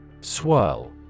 Swirl